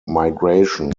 migration